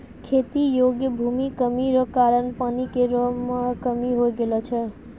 खेती योग्य भूमि कमी रो कारण पानी रो कमी हो गेलौ छै